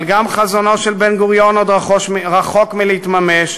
אבל גם חזונו של בן-גוריון עוד רחוק מלהתממש.